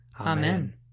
Amen